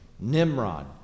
Nimrod